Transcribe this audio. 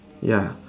ya